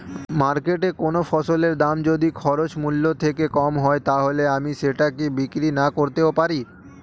মার্কেটৈ কোন ফসলের দাম যদি খরচ মূল্য থেকে কম হয় তাহলে আমি সেটা কি বিক্রি নাকরতেও পারি?